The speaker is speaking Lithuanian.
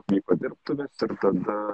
vyko dirbtuvės turtą